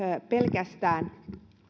pelkästään